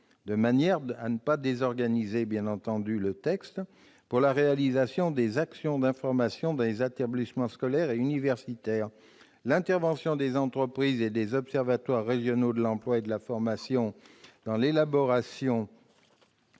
des rôles respectifs de l'État et des régions pour la réalisation des actions d'information dans les établissements scolaires et universitaires. L'intervention des entreprises et des observatoires régionaux de l'emploi et de la formation dans l'élaboration